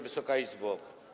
Wysoka Izbo!